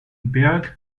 berg